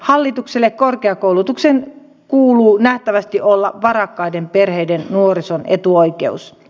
hallitukselle korkeakoulutuksen kuuluu nähtävästi olla varakkaiden perheiden nuorison etuoikeus